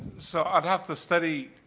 so i'd have to study